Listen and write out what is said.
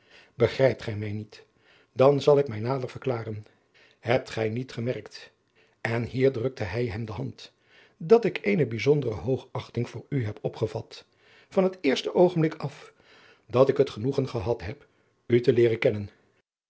begrijpt gij mij niet dan zal ik mij nader verklaren hebt gij niet gemerkt en hier drukte hij hem de hand dat ik eene bijzondere hoogachting voor u heb opgevat van het eerste oogenblik af dat ik het genoegen gehad heb u te leeren kennen